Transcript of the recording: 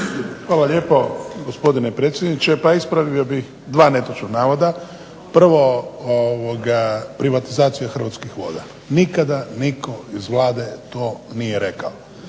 Hvala lijepo gospodine predsjedniče. Pa ispravio bih dva netočna navoda. Prvo, privatizacija Hrvatskih voda. Nikada nitko iz Vlade to nije rekao.